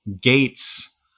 gates